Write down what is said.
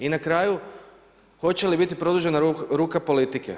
I na kraju hoće li biti produžena ruka politike?